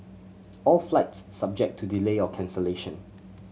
all flights subject to delay or cancellation